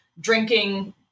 drinking